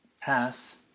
path